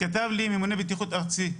כתב לי ממונה בטיחות ארצי,